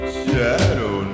shadow